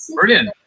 brilliant